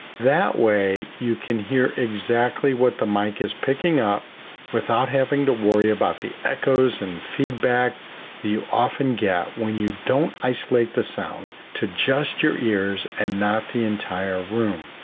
that way, you can hear exactly what the mic is picking up without having to worry about the echoes and feedback you often get when you don't isolate the sound to just your ears and not the entire room.